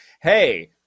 hey